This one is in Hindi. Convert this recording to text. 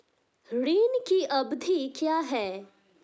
ऋण की अवधि क्या है?